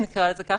נקרא לזה ככה,